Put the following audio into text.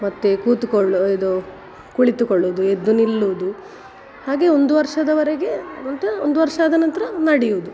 ಮತ್ತು ಕೂತುಕೊಳ್ಳೋ ಇದು ಕುಳಿತುಕೊಳ್ಳುವುದು ಎದ್ದು ನಿಲ್ಲುವುದು ಹಾಗೆ ಒಂದು ವರ್ಷದವರೆಗೆ ಒಂದು ವರ್ಷ ಆದ ನಂತರ ನಡೆಯುದು